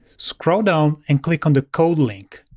scroll down, and click on the code link.